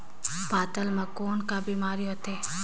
पातल म कौन का बीमारी होथे?